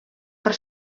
per